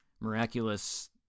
miraculous